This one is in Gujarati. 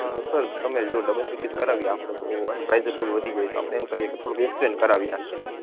હ સર તમે જો ડબલ પેકેજ કરાવી આપડે તો પ્રાઈજ ફૂલ વધી જાયે તો આપડે એમ કરીએ થોડું એકચેન્જ કરાવી નાખસે